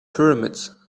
pyramids